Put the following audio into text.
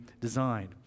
designed